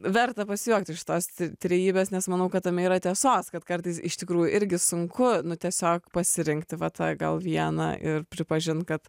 verta pasijuokti iš tos trejybės nes manau kad tame yra tiesos kad kartais iš tikrųjų irgi sunku nu tiesiog pasirinkti va tą gal vieną ir pripažint kad